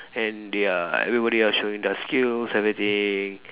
and they are everybody are showing their skills everything